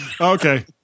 Okay